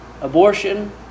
Abortion